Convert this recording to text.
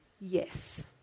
Yes